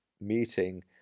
meeting